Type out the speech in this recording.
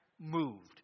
moved